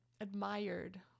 admired